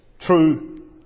true